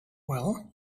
well